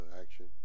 action